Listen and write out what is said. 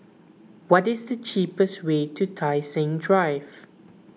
what is the cheapest way to Tai Seng Drive